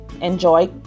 Enjoy